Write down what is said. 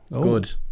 Good